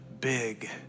big